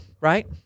right